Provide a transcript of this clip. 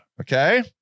okay